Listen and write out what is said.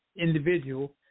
individual